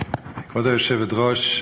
כבוד היושבת-ראש,